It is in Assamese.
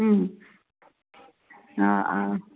অ' অ'